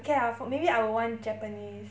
K lah maybe I will want japanese